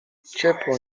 ciepło